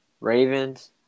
Ravens